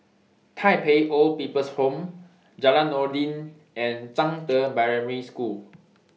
Tai Pei Old People's Home Jalan Noordin and Zhangde Primary School